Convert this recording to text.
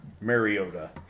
Mariota